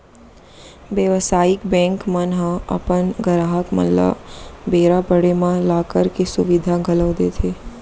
बेवसायिक बेंक मन ह अपन गराहक मन ल बेरा पड़े म लॉकर के सुबिधा घलौ देथे